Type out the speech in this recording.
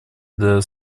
для